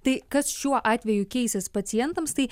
tai kas šiuo atveju keisis pacientams tai